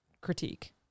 critique